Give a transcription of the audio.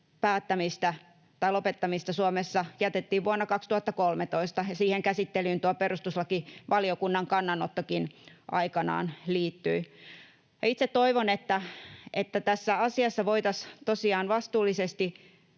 turkistarhauksen lopettamista Suomessa, jätettiin vuonna 2013, ja siihen käsittelyyn tuo perustuslakivaliokunnan kannanottokin aikanaan liittyi. Itse toivon, että tässä asiassa voitaisiin tosiaan vastuullisesti